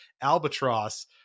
albatross